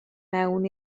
mewn